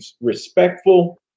respectful